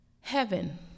heaven